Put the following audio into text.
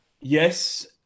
Yes